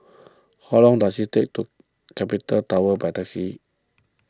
how long does it take to get to Capital Tower by taxi